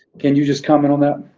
can you just comment on that?